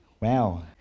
Wow